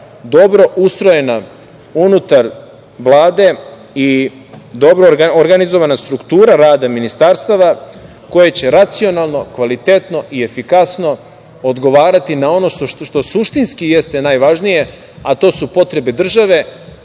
dobro ustrojena unutar Vlade i dobro organizovana struktura rada ministarstava koja će racionalno, kvalitetno i efikasno odgovarati na ono što suštinski jeste najvažnije, a to su potrebe države